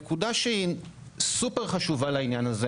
נקודה שהיא סופר חשובה לעניין הזה